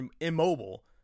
immobile